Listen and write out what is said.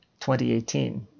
2018